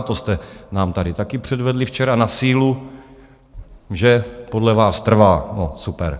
To jste nám tady taky předvedli včera na sílu, že podle vás trvá, no super.